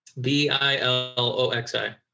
B-I-L-O-X-I